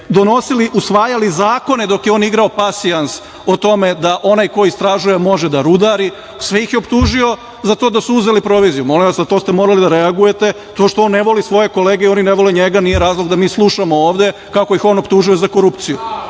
donosili, usvajali zakone dok je on igrao pasijans o tome da onaj ko istražuje može da rudari. Sve ih je optužio za to da su uzeli proviziju. Molim vas, na to ste morali da reagujete. To što on ne voli svoje kolege i oni ne vole njega, nije razlog da mi slušamo ovde kako ih on optužuje za korupciju.